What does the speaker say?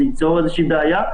זה ייצור איזושהי בעיה.